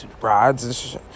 rods